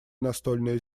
настольное